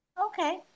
Okay